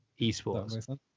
esports